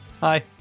Hi